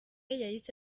yahise